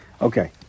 Okay